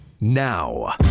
Now